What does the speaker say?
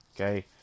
Okay